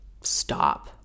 stop